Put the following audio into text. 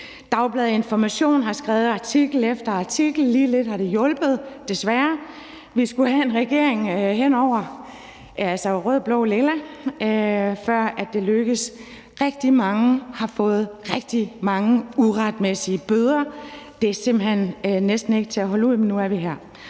Dagbladet Information har skrevet artikel efter artikel, men lige lidt har det hjulpet, desværre. Vi skulle have en regering hen over midten, altså rød, blå, lilla, før det lykkedes. Rigtig mange har fået rigtig mange uretmæssige bøder. Det er simpelt hen næsten ikke til at holde ud, men nu er vi her.